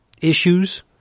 issues